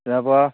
ইয়াৰপৰা